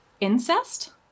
incest